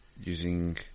using